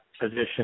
position